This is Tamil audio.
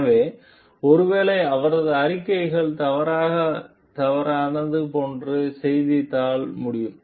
எனவே ஒருவேளை அவரது அறிக்கைகள் தவறாக போன்ற செய்தித்தாள் முடியும்